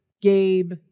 Gabe